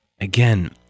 Again